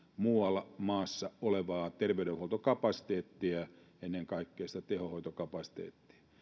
muualla maassa olevaa terveydenhuoltokapasiteettia ennen kaikkea sitä tehohoitokapasiteettia